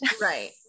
Right